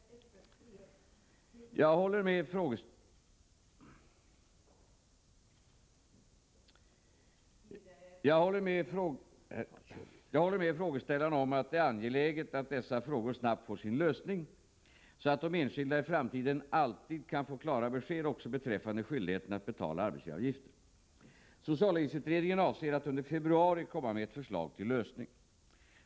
Jag håller med frågeställarna om att det är angeläget att dessa frågor snabbt får sin lösning så att de enskilda i framtiden alltid kan få klara besked också beträffande skyldigheten att betala arbetsgivaravgifter. Socialavgiftsutredningen avser att under februari komma med ett förslag till lösning.